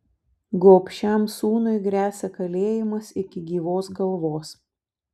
gobšiam sūnui gresia kalėjimas iki gyvos galvos